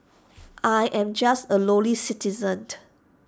I am just A lowly citizen